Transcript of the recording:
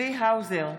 מהאופוזיציה.